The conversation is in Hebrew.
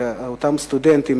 לאותם סטודנטים,